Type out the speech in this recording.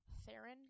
Theron